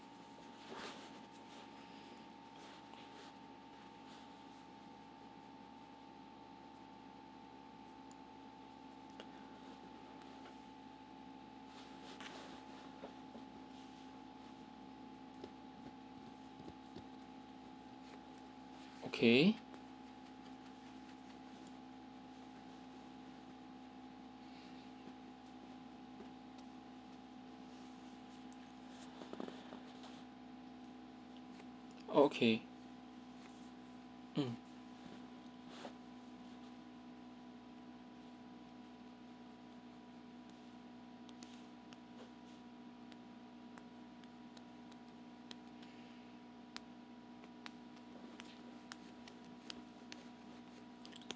okay okay mm